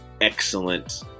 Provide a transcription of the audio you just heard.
excellent